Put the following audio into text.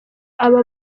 aba